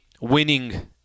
winning